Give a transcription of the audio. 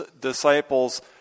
disciples